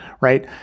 right